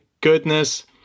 goodness